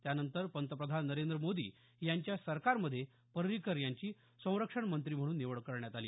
त्यानंतर पंतप्रधान नरेंद्र मोदी यांच्या सरकारमध्ये पर्रिकर यांची संरक्षण मंत्री म्हणून निवड करण्यात आली